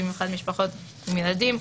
במיוחד משפחות עם ילדים,